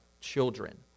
children